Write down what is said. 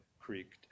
creaked